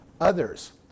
others